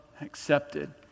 accepted